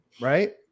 Right